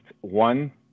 one